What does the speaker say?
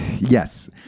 yes